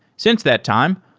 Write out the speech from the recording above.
since that time,